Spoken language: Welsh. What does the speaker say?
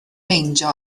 meindio